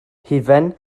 hufen